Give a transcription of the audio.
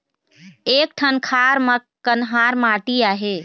एक ठन खार म कन्हार माटी आहे?